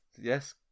yes